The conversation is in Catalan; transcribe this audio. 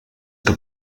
que